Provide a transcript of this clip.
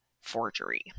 forgery